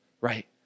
right